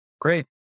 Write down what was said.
Great